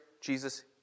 Jesus